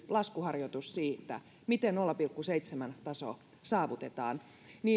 laskuharjoitus siitä miten nolla pilkku seitsemän taso saavutetaan